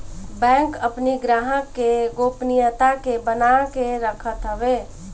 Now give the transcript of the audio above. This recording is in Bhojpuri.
बैंक अपनी ग्राहक के गोपनीयता के बना के रखत हवे